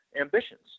ambitions